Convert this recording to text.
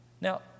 Now